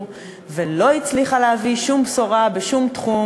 ולא הצליחה להביא שום בשורה בשום תחום,